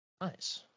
Nice